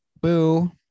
boo